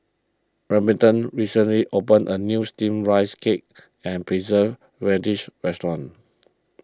Remington recently opened a new Steamed Rice Cake and Preserved Radish restaurant